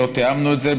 לא תיאמנו את זה,